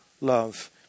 love